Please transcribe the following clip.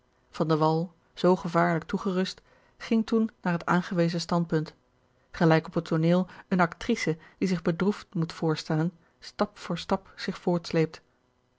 zoo gevaarlijk toegerust ging toen naar het aangewezen standpunt gelijk op het tooneel eene actrice die zich bedroefd moet voorstellen stap voor stap zich